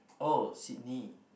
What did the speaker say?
oh Sydney